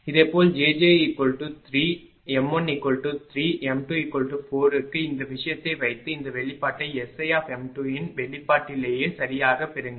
இதேபோல் jj3 m13 m24 க்கு இந்த விஷயத்தை வைத்து இந்த வெளிப்பாட்டை SI இன் வெளிப்பாட்டிலேயே சரியாகப் பெறுங்கள்